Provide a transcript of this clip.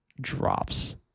drops